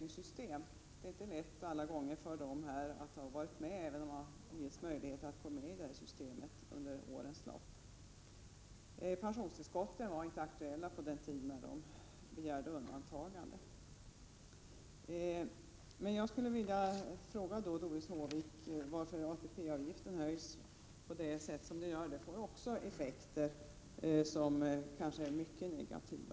Det har inte varit så lätt alla gånger för undantagandepensionärerna att gå med i systemet, även om det funnits möjlighet att göra det under årens lopp. Och pensionstillskotten var inte aktuella när de begärde undantagande. Slutligen vill jag fråga Doris Håvik varför ATP-avgiften höjs på det sätt som sker. Det ger också effekter som kanske är mycket negativa.